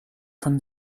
von